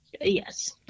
Yes